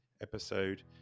episode